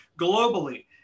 globally